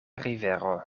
rivero